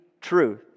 truth